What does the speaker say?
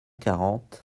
quarante